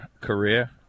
career